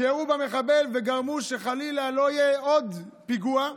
שירו במחבל וגרמו שחלילה לא יהיה עוד פיגוע,